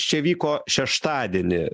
čia vyko šeštadienį